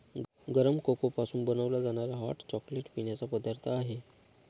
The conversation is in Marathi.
गरम कोको पासून बनवला जाणारा हॉट चॉकलेट पिण्याचा पदार्थ आहे